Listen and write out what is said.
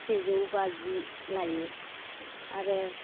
सेजौ बाजि लायो आरो